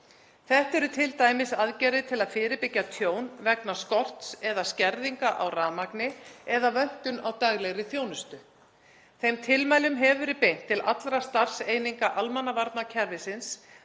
Þetta eru t.d. aðgerðir til að fyrirbyggja tjón vegna skorts eða skerðinga á rafmagni eða vöntun á daglegri þjónustu. Þeim tilmælum hefur verið beint til allra starfseininga almannavarnakerfisins